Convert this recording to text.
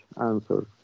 answers